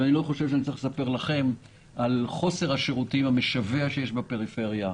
אני לא חושב שאני צריך לספר לכם על חוסר השירותים המשווע שיש בפריפריה,